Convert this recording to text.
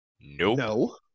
No